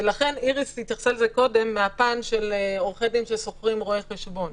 איריס התייחסה לזה קודם מהפן של עורכי דין ששוכרים רואי חשבון,